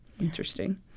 Interesting